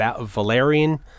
Valerian